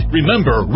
Remember